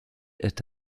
est